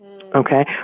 Okay